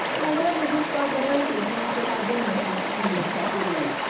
however, this barbarity seems to have been without any necessity,